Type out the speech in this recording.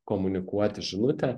komunikuoti žinutę